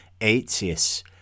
Aetius